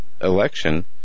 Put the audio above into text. election